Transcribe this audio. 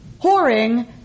whoring